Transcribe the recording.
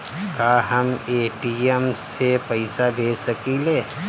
का हम ए.टी.एम से पइसा भेज सकी ले?